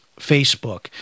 Facebook